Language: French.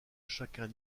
chacun